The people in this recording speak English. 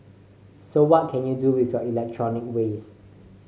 so what can you do with your electronic waste